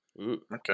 Okay